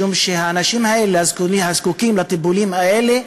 משום שהאנשים האלה, הזקוקים לטיפולים האלה,